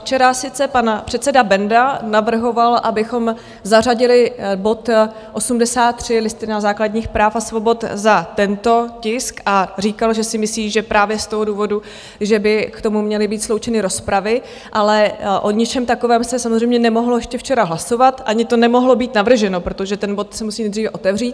Včera sice pan předseda Benda navrhoval, abychom zařadili bod 83, Listina základních práv a svobod, za tento tisk, a říkal, že si myslí, že právě z toho důvodu že by k tomu měly být sloučeny rozpravy, ale o ničem takovém se samozřejmě nemohlo ještě včera hlasovat ani to nemohlo být navrženo, protože ten bod se musí nejdříve otevřít.